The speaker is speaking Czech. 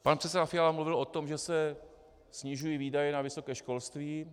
Pan předseda Fiala mluvil o tom, že se snižují výdaje na vysoké školství.